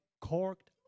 corked